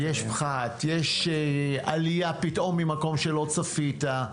יש פחת, יש עלייה פתאום ממקום שלא צפית.